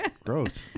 gross